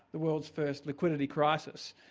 the world's first liquidity crisis.